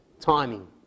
timing